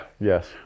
Yes